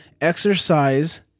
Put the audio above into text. exercise